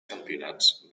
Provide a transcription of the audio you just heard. campionats